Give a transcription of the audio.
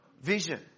vision